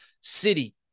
city